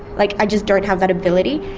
like, i just don't have that ability.